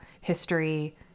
history